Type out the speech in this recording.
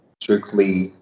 strictly